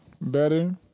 better